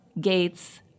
Gates